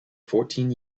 fourteen